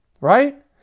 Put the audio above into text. Right